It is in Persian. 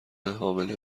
حامله